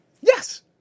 Yes